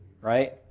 right